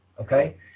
okay